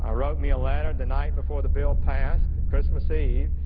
ah wrote me a letter the night before the bill passed, christmas eve,